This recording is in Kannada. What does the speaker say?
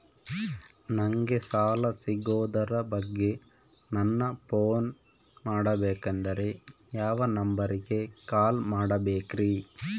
ನಂಗೆ ಸಾಲ ಸಿಗೋದರ ಬಗ್ಗೆ ನನ್ನ ಪೋನ್ ಮಾಡಬೇಕಂದರೆ ಯಾವ ನಂಬರಿಗೆ ಕಾಲ್ ಮಾಡಬೇಕ್ರಿ?